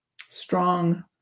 strong